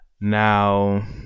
now